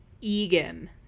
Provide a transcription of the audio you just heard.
egan